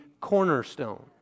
cornerstone